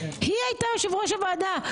היא הייתה יושבת ראש הוועדה,